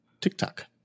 TikTok